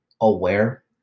aware